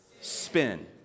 spin